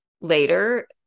later